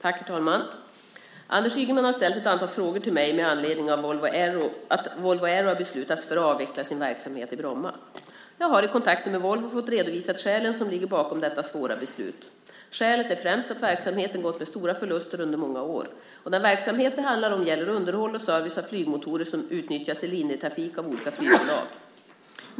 Herr talman! Anders Ygeman har ställt ett antal frågor till mig med anledning av att Volvo Aero beslutat sig för att avveckla sin verksamhet i Bromma. Jag har i kontakter med Volvo fått redovisat skälen som ligger bakom detta svåra beslut. Skälet är främst att verksamheten gått med stora förluster under många år. Den verksamhet det handlar om gäller underhåll och service av flygmotorer som utnyttjas i linjetrafik av olika flygbolag.